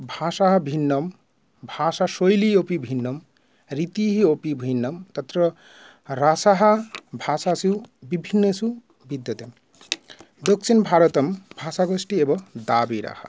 भाषाः भिन्नं भाषाशैली अपि भिन्नं रीतिः अपि भिन्नं तत्र रसः भाषासु विभिन्नेषु भिद्यते दक्षिणभारतं भाषागोष्ठिः एव गभीरः